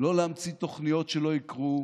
לא להמציא תוכניות שלא יקרו,